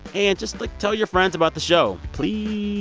and just, like, tell your friends about the show. please?